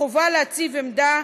החובה להציב עמדה,